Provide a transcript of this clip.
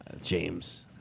James